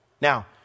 Now